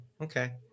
Okay